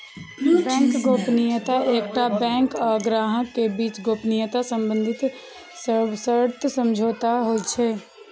bank गोपनीयता एकटा bank आ ग्राहक के बीच गोपनीयता संबंधी सशर्त समझौता होइ छै